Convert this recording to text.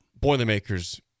Boilermakers